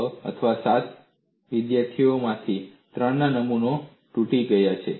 6 અથવા 7 વિદ્યાર્થીઓમાંથી 3 ના નમૂનાઓ તૂટી ગયા છે